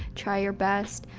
try your best.